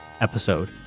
episode